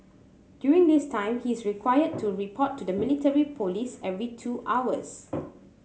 during this time he is required to report to the military police every two hours